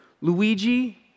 Luigi